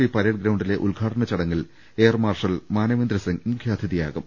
P parade ഗ്രൌണ്ടിലെ ഉദ്ഘാടന ചടങ്ങിൽ എയർമാർഷൽ മാനവേന്ദ്ര സിംഗ് മുഖ്യാതിഥിയാകും